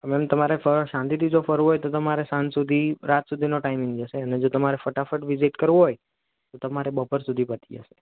ma'am તમારે થોડા શાંતિથી જો ફરવું હોય તો તમારે સાંજ સુધી રાત સુધીનો ટાઈમ જશે જે તમારે ફટાફટ વિઝીટ કરવું હોય તો તમારે બપોર સુધી પતી જશે